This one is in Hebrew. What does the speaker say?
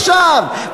עכשיו,